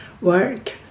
work